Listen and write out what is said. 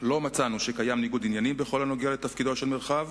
לא מצאנו שקיים ניגוד עניינים בכל הנוגע לתפקידו של מרחב